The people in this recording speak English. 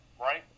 right